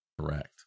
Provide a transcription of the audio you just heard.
Correct